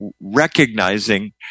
recognizing